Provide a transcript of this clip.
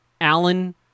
Allen